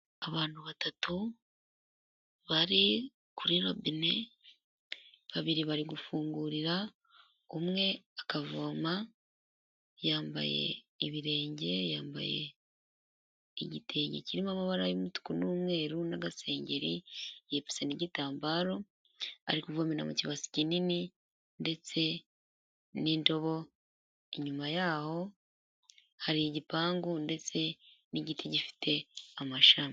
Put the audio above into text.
Abantu batatu bari kuri robine babiri bari gufungurira umwe akavoma, yambaye ibirenge yambaye igitenge kirimo amabara y'umutuku n'umweru n'agasengeri yipfutse n'igitambaro ari kuvomena mu kibase kinini ndetse n'indobo, inyuma yaho hari igipangu ndetse n'igiti gifite amashami.